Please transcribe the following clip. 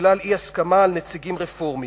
בגלל אי-הסכמה על נציגים רפורמים.